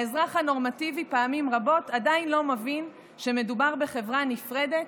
האזרח הנורמטיבי פעמים רבות עדיין לא מבין שמדובר בחברה נפרדת,